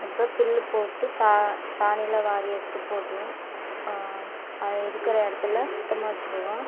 அப்புறம் புல்லு போட்டு சா சாணியெலாம் வாரி எடுத்து போடுவோம் அதை இருக்கிற இடத்தெல்லாம் சுத்தமாக வச்சுக்குவோம்